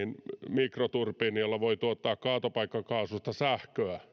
mikroturbiinin jolla voi tuottaa kaatopaikkakaasusta sähköä niin